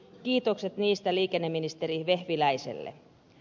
kiitokset niistä liikenneministeri vehviläiselle